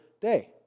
day